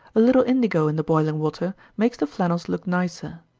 a little indigo in the boiling water makes the flannels look nicer.